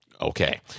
Okay